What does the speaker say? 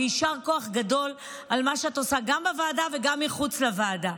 יישר כוח גדול על מה שאת עושה גם בוועדה וגם מחוץ לוועדה.